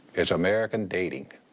is american dating!